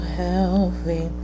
healthy